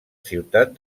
ciutat